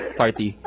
party